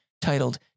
titled